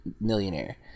millionaire